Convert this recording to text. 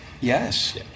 Yes